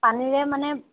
পানীৰে মানে